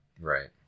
Right